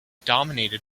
dominated